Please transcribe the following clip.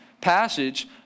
passage